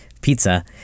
Pizza